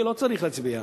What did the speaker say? מצדי לא צריך להשיב.